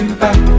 back